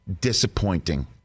disappointing